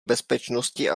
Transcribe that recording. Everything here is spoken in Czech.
bezpečnosti